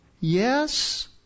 yes